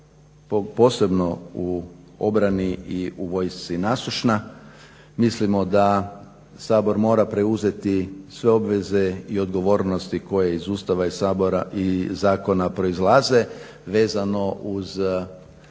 posebno u obrani i u vojsci nasušna. Mislimo da Sabor mora preuzeti sve obveze i odgovornosti koje iz Ustava, iz Sabora i iz zakona proizlaze vezano uz obranu